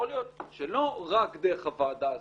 יכול להיות שלא רק דרך הוועדה הזו.